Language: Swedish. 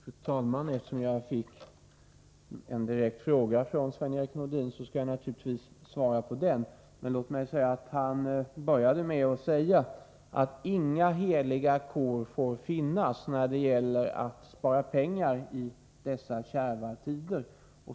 Fru talman! Eftersom jag fick en direkt fråga från Sven-Erik Nordin, skall jag naturligtvis svara på den. Han började dock med att säga att inga heliga kor får finnas när det gäller att spara pengar i dessa kärva tider.